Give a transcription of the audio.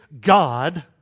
God